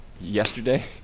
Yesterday